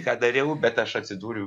ką dariau bet aš atsidūriau